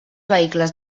vehicles